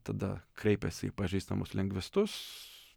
tada kreipėsi į pažįstamus lingvistus